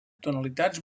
tonalitats